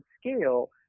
scale